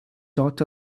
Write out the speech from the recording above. dot